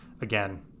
again